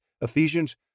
Ephesians